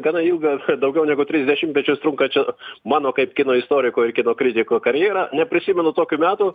gana ilgą daugiau negu tris dešimtmečius trunkančio mano kaip kino istoriko ir kino kritiko karjerą neprisimenu tokių metų